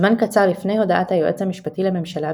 זמן קצר לפני הודעת היועץ המשפטי לממשלה,